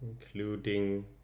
including